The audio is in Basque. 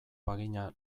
bagina